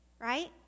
right